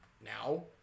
now